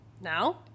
Now